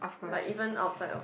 like even outside of